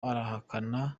arahakana